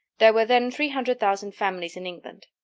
there were then three hundred thousand families in england.